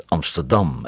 Amsterdam